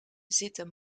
zitten